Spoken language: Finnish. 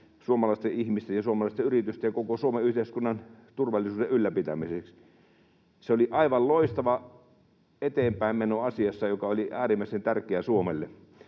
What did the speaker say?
suomalaisten ihmisten ja suomalaisten yritysten ja koko Suomen yhteiskunnan turvallisuuden ylläpitämiseksi. Se oli aivan loistava eteenpäinmeno asiassa, joka oli äärimmäisen tärkeä Suomelle.